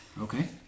okay